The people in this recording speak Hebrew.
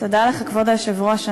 תודה לך, אני